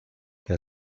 que